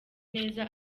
neza